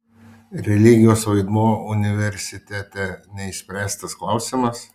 religijos vaidmuo universitete neišspręstas klausimas